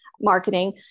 marketing